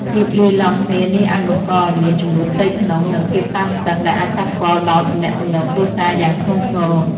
ភាពលាយឡំគ្នានេះអាចបង្កឱ្យមាន ជម្លោះផ្ទៃក្នុង និងភាពតានតឹង ដែលអាចប៉ះពាល់ដល់ទំនាក់ទំនងគ្រួសារយ៉ាងធ្ងន់ធ្ងរ។